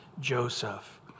Joseph